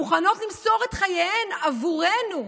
מוכנות למסור את חייהן עבורנו,